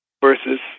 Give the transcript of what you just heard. versus